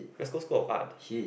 Glasgow school of art